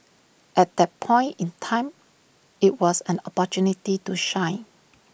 at that point in time IT was an opportunity to shine